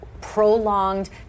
prolonged